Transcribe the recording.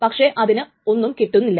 പക്ഷേ അതിന് ഒന്നും കിട്ടുന്നില്ല